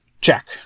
Check